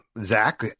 Zach